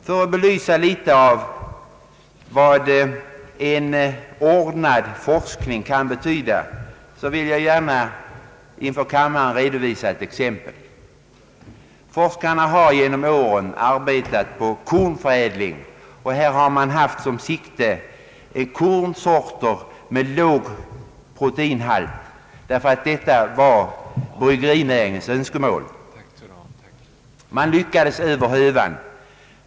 För att i någon mån belysa vad en ordnad forskning kan betyda vill jag gärna inför kammaren redovisa ett exempel. Forskarna har genom åren arbetat på kornförädling och haft i sikte kornsorter med låg proteinhalt, därför att detta var bryggerinäringens önskemål. Man lyckades över hövan.